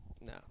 no